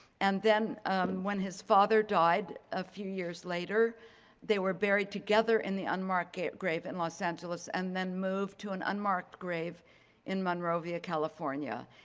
and then when his father died a few years later they were buried together in the unmarked grave in los angeles and then moved to an unmarked grave in monrovia, california.